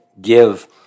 give